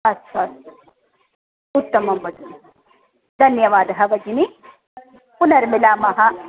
अस्तु अस्तु उत्तमं भगिनि धन्यवादः भगिनि पुनर्मिलामः